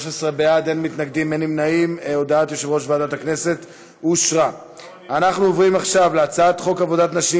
הצעת ועדת הכנסת להעביר את הצעת חוק להסדרת הביטחון